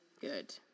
Good